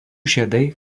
žiedai